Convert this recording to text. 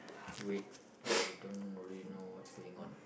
wait I don't really know what's going on